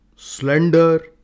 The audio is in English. slender